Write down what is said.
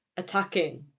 attacking